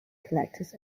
collectors